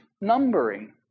numbering